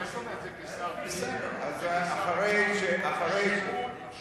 חצי מאזרחי מדינת ישראל אין להם,